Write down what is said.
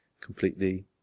completely